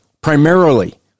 primarily